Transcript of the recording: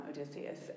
Odysseus